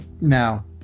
Now